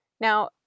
Now